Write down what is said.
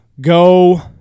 go